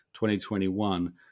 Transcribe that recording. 2021